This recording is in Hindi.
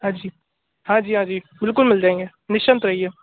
हाँ जी हाँ जी हाँ जी बिल्कुल मिल जाएँगे निश्चिंत रहिए